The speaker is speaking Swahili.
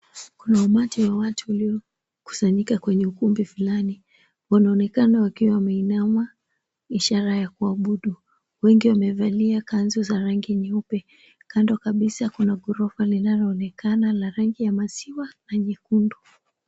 Kuna umati wa watu uliokusanyika Kwenye ukumbi fulani. Wanaonekana wakiwa wameinama, ishara ya kuabudu. Wengi wamevalia kanzu za rangi nyeupe. Kando kabisa kuna ghorofa linaloonekana la rangi ya maziwa na nyekundu.